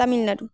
Tamil Nadu